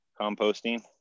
composting